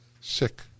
Sick